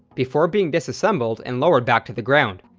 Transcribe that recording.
before being disassembled and lowered back to the ground.